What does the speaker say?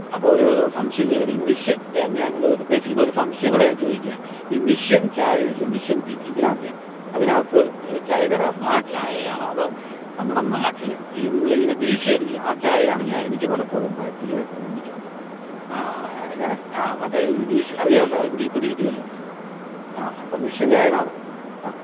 അപ്പോൾ ഒരു സംശയം ചോദിക്കട്ടെ ഈ ഞങ്ങൾ ഉദേശിക്കുന്നത് ഒരു സംശയം കൂടെ ഞാൻ ചോദിക്കാം ഈ മിഷ്യൻ ചായ ഇല്ലേ മിഷ്യൻ രീതി ഇതിനകത്തെ അതിനകത്ത് ചായ തരാറുണ്ട് ആ ചായയാണോ അതോ നമ്മുടെ നാട്ടിലെ നിങ്ങളിങ്ങനെ വീശിയടിക്കുന്ന ആ ചായയാണ് ഞാൻ എനിക്ക് പലപ്പോഴും താല്പര്യമായിട്ട് തോന്നിയിട്ടുണ്ട് ആ എങ്ങനെ ആ മറ്റെ ഈ വീശി അറിയാമല്ലോ ഇവിടെ പിടികിട്ടിയല്ലോ ആ അപ്പോൾ മിഷ്യൻ ചായ നമുക്ക് അ